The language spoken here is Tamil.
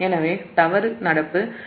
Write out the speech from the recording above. எனவே இது எளிமையான ஒன்றாகும்